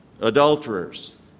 adulterers